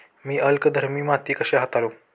मी अल्कधर्मी माती कशी हाताळू?